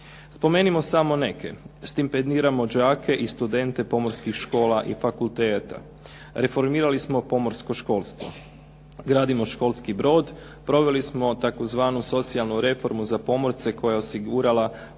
Spomenimo samo neke, stipendiramo đake i studente pomorskih škola i fakulteta, reformirali smo pomorsko školstvo, gradimo školski brod, proveli smo tzv. socijalnu reformu za pomorce koja je osigurala